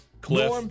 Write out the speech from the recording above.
Cliff